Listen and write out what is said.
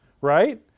right